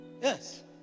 yes